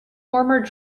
former